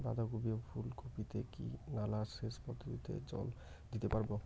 বাধা কপি ও ফুল কপি তে কি নালা সেচ পদ্ধতিতে জল দিতে পারবো?